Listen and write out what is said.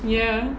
ya